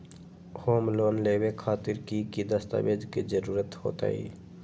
Home loan लेबे खातिर की की दस्तावेज के जरूरत होतई?